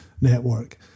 network